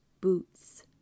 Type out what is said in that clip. boots